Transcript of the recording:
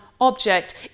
object